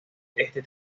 este